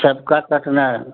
सबका कटना है